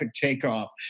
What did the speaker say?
takeoff